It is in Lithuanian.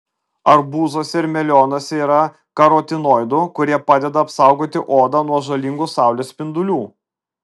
arbūzuose ir melionuose yra karotinoidų kurie padeda apsaugoti odą nuo žalingų saulės spindulių